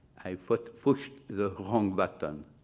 i put pushed the wrong button.